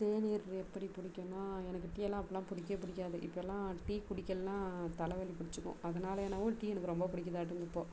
தேனீர் எப்படி பிடிக்குனா எனக்கு டீயெலாம் அப்போலாம் பிடிக்கவே பிடிக்காது இப்போலாம் டீ குடிக்கலைன்னா தலை வலி பிடிச்சுக்கும் அதனால் என்னவோ டீ எனக்கு ரொம்ப பிடிக்குதாட்டுக்கு இப்போது